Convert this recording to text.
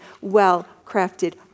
well-crafted